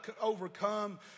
overcome